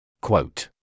Quote